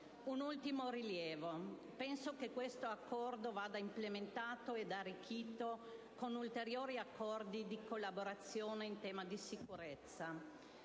Un ultimo rilievo: penso che questo Accordo vada implementato ed arricchito con ulteriori Accordi di collaborazione in tema di sicurezza.